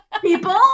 people